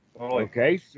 Okay